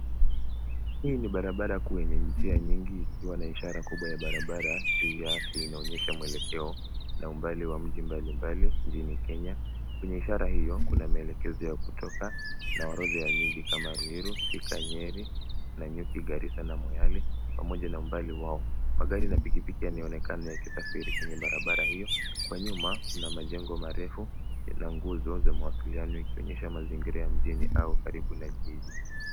Hii ni barabara kuu yenye njia nyingi ikiwa na ishara kubwa ya barabara juu yake. Inaonyesha mwelekeo na umbali wa mji mbalimbali nchini Kenya. Kwenye ishara hiyo kuna maelekezo ya kutoka na orodha ya miji kama Ruiru, Thika, Nyeri, Nanyuki, Garissa na Moyale pamoja na umbali wao. Magari na pikipiki yanaonekana yakisafiri kwenye barabara hiyo. Kwa nyuma yana majengo marefu, yana nguzo za mawasiliano ikionyesha mazingira mjini au karibu na jiji.